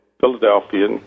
Philadelphia